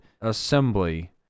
assembly